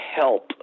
help